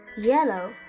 Yellow